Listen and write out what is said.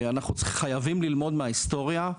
אנחנו חייבים ללמוד מההיסטוריה,